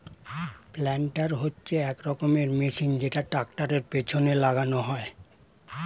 planter হচ্ছে এক রকমের মেশিন যেটা ট্র্যাক্টরের পেছনে লাগানো হয়